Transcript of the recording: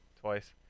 Twice